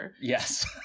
yes